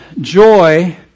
Joy